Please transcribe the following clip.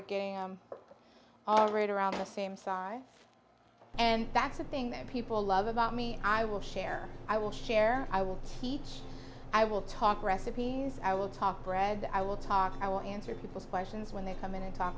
again all right around the same size and back something that people love about me i will share i will share i will teach i will talk recipes i will talk bread i will talk i will answer people's questions when they come in and talk